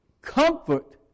comfort